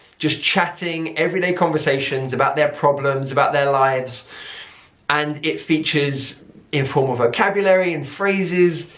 just chatting, every day conversations about their problems, about their lives and it features informal vocabulary and phrases,